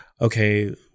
okay